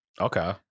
Okay